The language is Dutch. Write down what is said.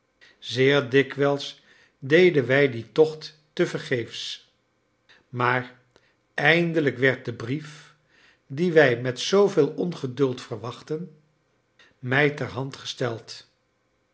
zeer dikwijls deden wij dien tocht tevergeefs maar eindelijk werd de brief dien wij met zooveel ongeduld verwachtten mij ter hand gesteld